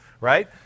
right